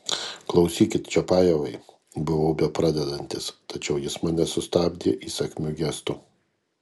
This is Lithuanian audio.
klausykit čiapajevai buvau bepradedantis tačiau jis mane sustabdė įsakmiu gestu